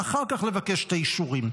ואחר כך לבקש את האישורים.